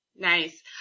Nice